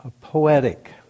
poetic